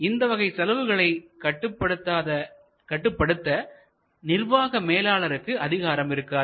இந்தவகை செலவுகளை கட்டுப்படுத்த நிர்வாக மேலாளருக்கு அதிகாரம் இருக்காது